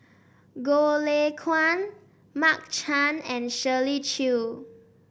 Goh Lay Kuan Mark Chan and Shirley Chew